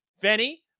Fenny